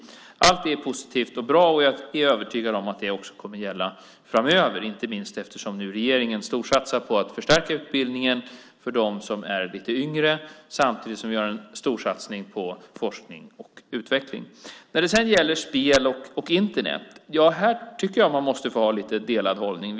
Allt det är positivt och bra. Jag är övertygad om att det också kommer att gälla framöver, inte minst eftersom regeringen nu storsatsar på att förstärka utbildningen för dem som är lite yngre samtidigt som vi gör en storsatsning på forskning och utveckling. När det sedan gäller spel och Internet tycker jag att man måste få ha lite delad hållning.